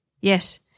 Yes